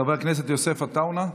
חבר הכנסת יוסף עטאונה,